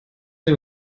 sie